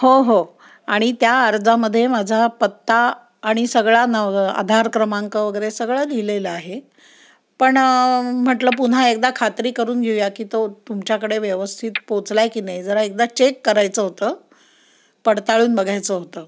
हो हो आणि त्या अर्जामध्ये माझा पत्ता आणि सगळा नव आधार क्रमांक वगैरे सगळं लिहिलेलं आहे पण म्हटलं पुन्हा एकदा खात्री करून घेऊया की तो तुमच्याकडे व्यवस्थित पोचला आहे की नाही जरा एकदा चेक करायचं होतं पडताळून बघायचं होतं